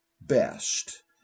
best